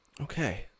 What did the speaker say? Okay